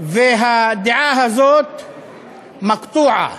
והדעה הזאת "מקטועה"